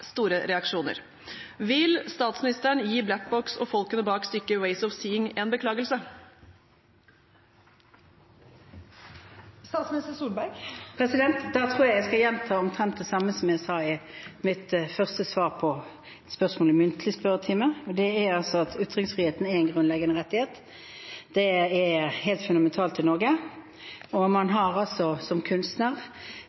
store reaksjoner. Vil statsministeren gi Black Box og folkene bak stykket Ways of Seeing en beklagelse?» Jeg tror jeg skal gjenta omtrent det samme som jeg sa i mitt første svar på spørsmål i muntlig spørretime. Ytringsfriheten er en grunnleggende rettighet. Det er helt fundamentalt i Norge. Man har som kunstner rett til og